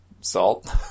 salt